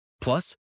Plus